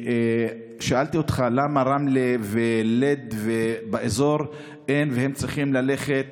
שאלתי אותך למה רמלה ולוד צריכות ללכת